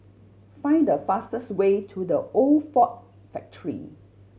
find the fastest way to The Old Ford Factory